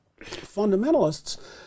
fundamentalists